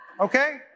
okay